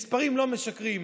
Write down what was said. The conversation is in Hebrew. מספרים לא משקרים.